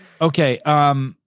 Okay